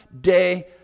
day